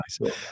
nice